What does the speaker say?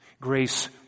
Grace